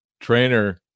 trainer